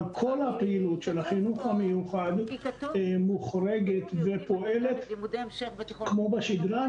אבל כל הפעילות של החינוך המיוחד מוחרגת ופועלת כמו בשגרה.